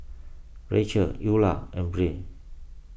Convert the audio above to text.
Rachelle Eulah and Brea